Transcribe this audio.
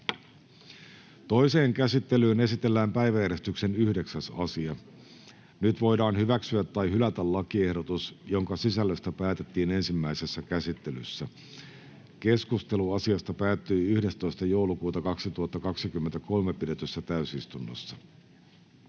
Toiseen käsittelyyn esitellään päiväjärjestyksen 2. asia. Nyt voidaan hyväksyä tai hylätä lakiehdotus, jonka sisällöstä päätettiin ensimmäisessä käsittelyssä. Keskustelu asiasta päättyi 11.12.2023 pidetyssä täysistunnossa.